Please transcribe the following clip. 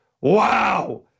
Wow